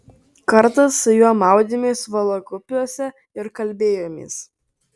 kartą su juo maudėmės valakupiuose ir kalbėjomės